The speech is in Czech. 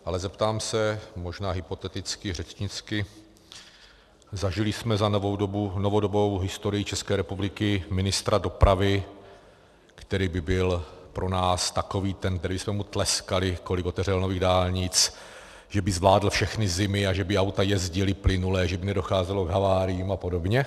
Ale zeptám se, možná hypoteticky, řečnicky: Zažili jsme za novou dobu, novodobou historii České republiky, ministra dopravy, který by byl pro nás takový, kterému jsme tleskali, kolik otevřel nových dálnic, že by zvládl všechny zimy a že by auta jezdila plynule, že by nedocházelo k haváriím a podobně?